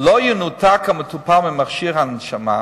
לא ינותק המטופל ממכשיר ההנשמה"